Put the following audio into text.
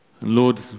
Lord